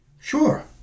Sure